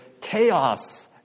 chaos